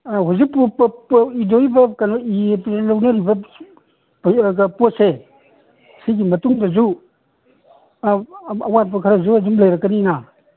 ꯑ ꯍꯧꯖꯤꯛ ꯏꯗꯧꯔꯤꯕ ꯀꯩꯅꯣ ꯏꯗꯅ ꯂꯧꯅꯔꯤꯕ ꯄꯣꯠꯁꯦ ꯁꯤꯒꯤ ꯃꯇꯨꯡꯗꯁꯨ ꯑꯋꯥꯠꯄ ꯈꯔꯁꯨ ꯑꯗꯨꯝ ꯂꯩꯔꯛꯀꯅꯤꯅ